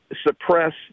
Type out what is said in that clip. suppress